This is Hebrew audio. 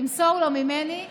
תמסור לו ממני,